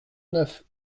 neuf